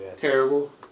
Terrible